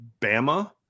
Bama